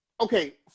okay